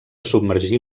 submergir